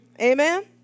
amen